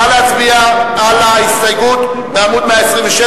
נא להצביע על ההסתייגות בעמוד 127,